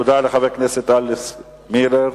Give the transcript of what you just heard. תודה לחבר הכנסת אלכס מילר.